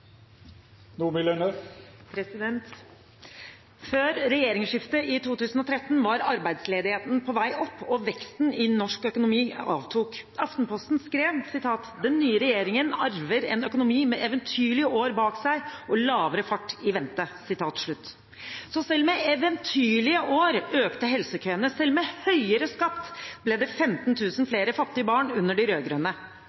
om at skal en gjøre noe på klima, så er det greit å komme til Stortinget, selv med Venstre i regjering. Før regjeringsskiftet i 2013 var arbeidsledigheten på vei opp, og veksten i norsk økonomi avtok. Aftenposten skrev: «Den nye regjeringen arver en økonomi med eventyrlige år bak seg og lavere fart i vente.» Selv med eventyrlige år økte helsekøene, selv med høyere